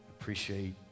appreciate